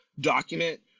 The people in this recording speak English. document